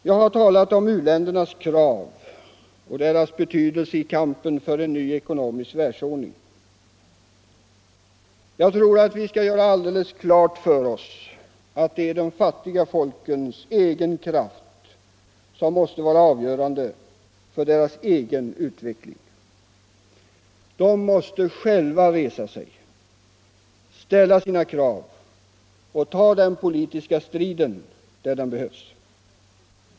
Jag har talat om u-ländernas krav och deras betydelse i kampen för en ny ekonomisk världsordning. Vi skall göra alldeles klart för oss, att det är de fattiga folkens egen kraft som måste vara avgörande för deras egen utveckling. De måste själva resa sig, ställa sina krav och ta den politiska striden där den behövs.